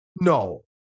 No